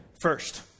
first